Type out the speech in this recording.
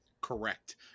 Correct